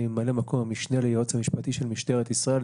ממלא מקום המשנה ליועץ המשפטי של משטרת ישראל.